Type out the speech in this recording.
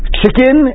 chicken